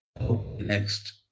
next